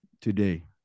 today